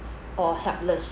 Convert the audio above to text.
or helpless